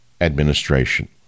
administration